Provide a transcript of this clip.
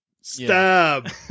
Stab